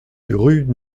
rue